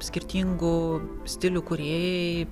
skirtingų stilių kūrėjai